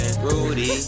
rudy